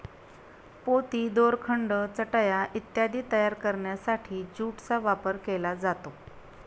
पोती, दोरखंड, चटया इत्यादी तयार करण्यासाठी ज्यूटचा वापर केला जातो